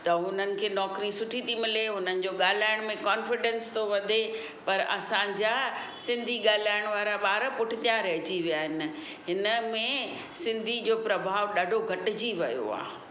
त हुननि खे नौकिरी सुठी थी मिले हुननि जो ॻाल्हाइण में कॉन्फिडेंस थो वधे पर असांजा सिंधी ॻाल्हाइण वारा ॿार पुठितिया रहिजी विया आहिनि हिन में सिंधी जो प्रभाव ॾाढो घटिजी वियो आहे